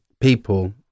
people